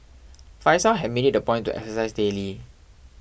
Faizal had made it a point to exercise daily